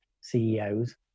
CEOs